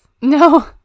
no